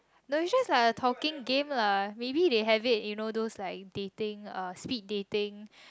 no it's just like a talking game lah maybe they have it you know those like dating uh speed dating